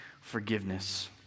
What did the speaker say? forgiveness